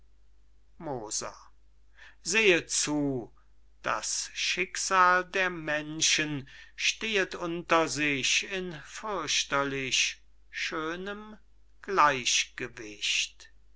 moser sehet zu das schicksal der menschen stehet unter sich in fürchterlich schönem gleichgewicht